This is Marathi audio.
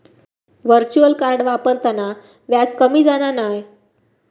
व्हर्चुअल कार्ड वापरताना व्याज कमी जाणा नाय